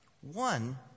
One